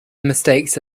mistakes